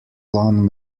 lawn